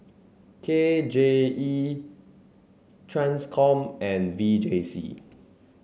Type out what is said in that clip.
K J E TRANSCOM and V J C